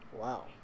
Wow